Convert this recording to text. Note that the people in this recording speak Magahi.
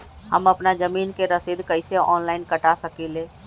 हम अपना जमीन के रसीद कईसे ऑनलाइन कटा सकिले?